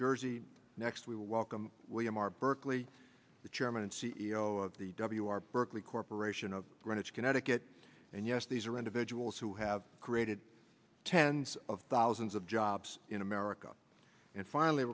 jersey next we will welcome william r berkeley the chairman and c e o of the w r berkley corporation of greenwich connecticut and yes these are individuals who have created tens of thousands of jobs in america and finally